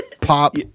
pop